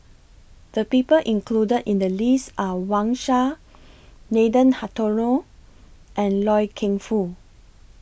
The People included in The list Are Wang Sha Nathan Hartono and Loy Keng Foo